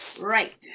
Right